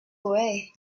away